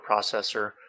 processor